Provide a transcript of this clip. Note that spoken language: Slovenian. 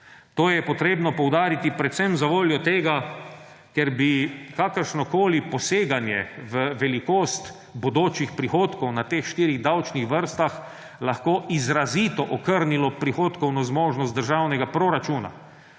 To je potrebno poudariti predvsem zavoljo tega, ker bi kakršnokoli poseganje v velikost bodočih prihodkov na teh štirih davčnih vrstah lahko izrazito okrnilo prihodkovno zmožnost državnega proračuna.